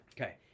Okay